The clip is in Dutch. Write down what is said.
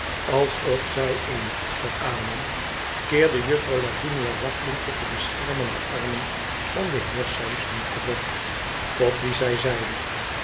alsof zij eene oester aannam keerde juffer lavinia waggelend tot de beschermende armen van den heer sampson terug tot wien zij zeide